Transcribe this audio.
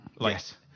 Yes